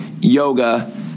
yoga